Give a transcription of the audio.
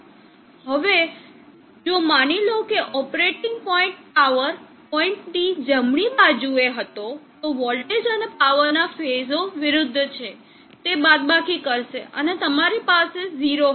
હવે જો માની લો કે ઓપરેટિંગ પોઇન્ટ પાવર પોઇન્ટની જમણી બાજુએ હતો તો વોલ્ટેજ અને પાવરના ફેઝઓ વિરુદ્ધ છે તે બાદબાકી કરશે અને તમારી પાસે ઝીરો હશે